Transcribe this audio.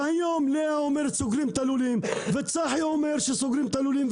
והיום לאה אומרת שסוגרים את הלולים וצחי אומר שסוגרים את הלולים,